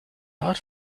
hard